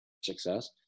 success